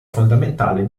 fondamentale